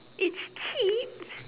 it's cheap